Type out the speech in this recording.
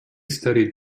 studied